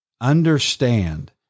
Understand